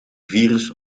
virus